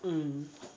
mm